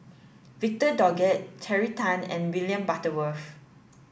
Victor Doggett Terry Tan and William Butterworth